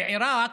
בעיראק,